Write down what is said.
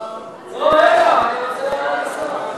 לא, רגע, אני רוצה לענות לשר.